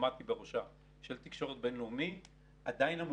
בתקשורת והצגת את